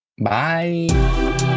bye